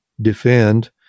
defend